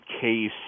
case